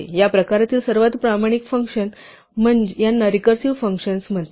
या प्रकारातील सर्वात प्रमाणिक फंक्शन यांना रिकर्सिव्ह फंक्शन्स म्हणतात